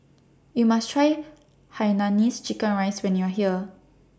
YOU must Try Hainanese Chicken Rice when YOU Are here